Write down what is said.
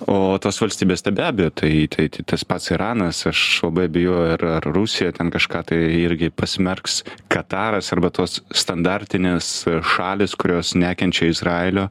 o tos valstybės tai be abejo tai tai tas pats iranas aš labai abejoju ar ar rusija ten kažką tai irgi pasmerks kataras arba tos standartinės šalys kurios nekenčia izraelio